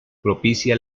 propicia